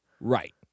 Right